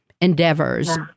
Endeavors